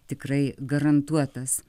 tikrai garantuotas